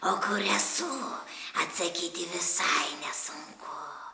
o kur esu atsakyti visai nesunku